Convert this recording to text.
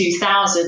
2000